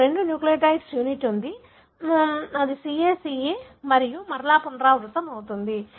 మీకు రెండు nucleotide unit ఉంది అది CA CA మరియు మరలా పునరావృతమవుతుంది